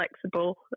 flexible